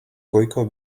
goiko